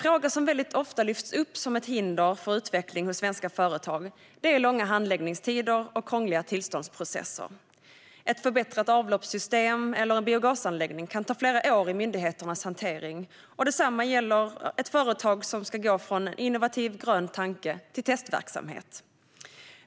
Något som ofta lyfts fram som ett hinder för utveckling hos svenska företag är långa handläggningstider och krångliga tillståndsprocesser. Ett förbättrat avloppssystem eller en biogasanläggning kan ta flera år i myndigheternas hantering. Detsamma gäller för företag som vill gå från en innovativ grön tanke till testverksamhet.